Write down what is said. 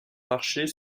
marcher